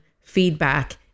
feedback